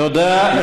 תודה.